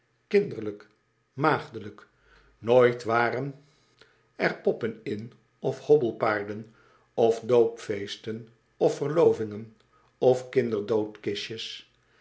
kinderlijk maagdelijk nooit waren er poppen in of hobbelpaarden of doopfeesten of verlovingen of kinderdoodkistjes